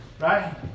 Right